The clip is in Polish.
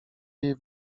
jej